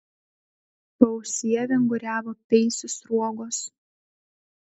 paausyje vinguriavo peisų sruogos